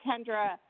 Kendra